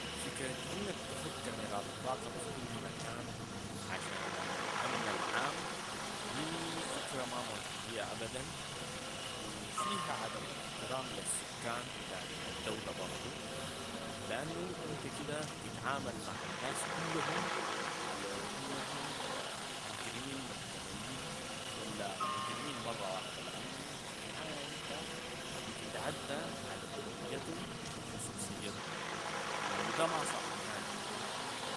فكرة إنك تخت كميرات مراقبة في كل مكان عشان الأمن العام دي فكرة ما منطقية أبدا و فيها عدم احترام للسكان بتاعين الدولة برضو لأنو إنت كده بتتعامل مع الناس كلهم على إنهم مجرمين محتملين ولا مجرمين مرة واحدة، لأنو في النهاية إنت بتتعدى على حريتهم و خصوصيتهم و ده ما صح نهائي.